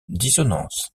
dissonances